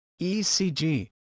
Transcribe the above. ECG